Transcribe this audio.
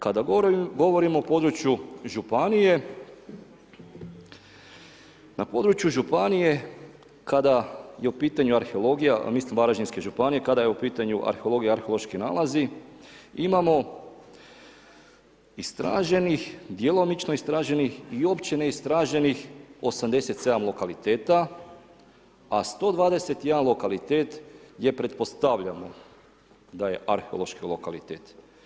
Kada govorimo o području županije, na području županije kada je u pitanju arheologija a mislim varaždinske županije, kada je u pitanju arheologija i arheološki nalazi, imamo istraženih, djelomično istraženih i uopće neistraženih 87 lokaliteta a 121 lokalitet jer pretpostavljeno da je arheološki lokalitet.